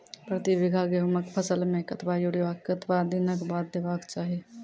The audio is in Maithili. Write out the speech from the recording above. प्रति बीघा गेहूँमक फसल मे कतबा यूरिया कतवा दिनऽक बाद देवाक चाही?